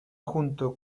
junto